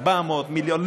400 מיליון.